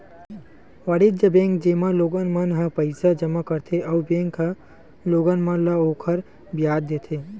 वाणिज्य बेंक, जेमा लोगन मन ह पईसा जमा करथे अउ बेंक ह लोगन मन ल ओखर बियाज देथे